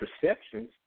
perceptions